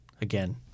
again